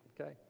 Okay